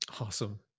Awesome